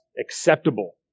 acceptable